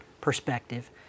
perspective